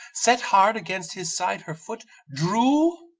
set hard against his side her foot, drew.